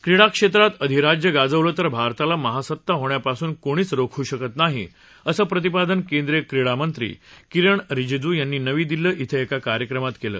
क्रीडा क्षेत्रात अधिराज्य गाजवलं तर भारताला महासत्ता होण्यापासून कोणीच रोखू शकत नाही असं प्रतिपादन केंद्रीय क्रीडा मंत्री किरेण रिजिजू यांनी नवी दिल्ली धिं एका कार्यक्रमात केलं